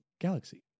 Galaxy